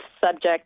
subject